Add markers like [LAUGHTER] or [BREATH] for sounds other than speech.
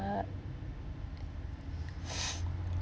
uh [BREATH]